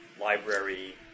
library